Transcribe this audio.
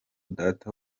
data